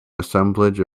assemblage